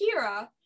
Kira